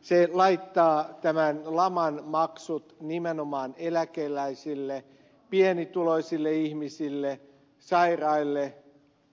se laittaa tämän laman maksut nimenomaan eläkeläisille pienituloisille ihmisille sairaille